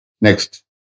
Next